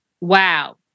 Wow